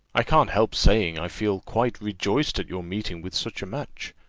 i can't help saying, i feel quite rejoiced at your meeting with such a match.